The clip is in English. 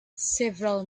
several